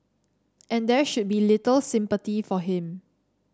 and there should be little sympathy for him